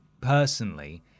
personally